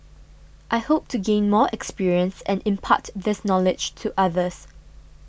I hope to gain more experience and impart this knowledge to others